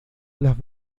las